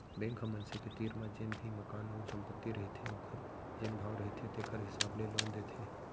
bank ह मनसे के तीर म जेन भी मकान अउ संपत्ति रहिथे ओखर जेन भाव रहिथे तेखर हिसाब ले लोन देथे